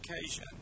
occasion